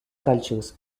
cultures